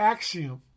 Axiom